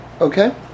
okay